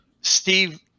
Steve